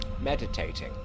Meditating